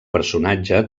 personatge